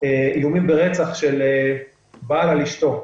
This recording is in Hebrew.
איומים ברצח של בעל על אשתו.